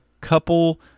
couple